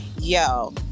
Yo